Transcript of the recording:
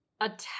attack